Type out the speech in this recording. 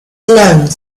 alone